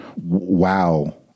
WoW